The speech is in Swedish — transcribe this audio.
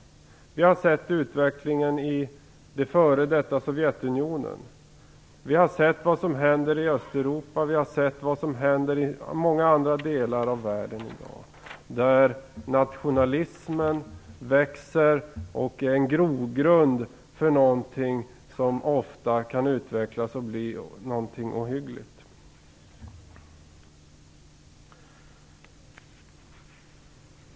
Vi har sett utvecklingen i f.d. Sovjetunionen. Vi har sett vad som händer i Östeuropa och i många andra delar av världen där nationalismen växer och är en grogrund för något som ofta kan utvecklas till något ohyggligt.